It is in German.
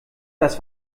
das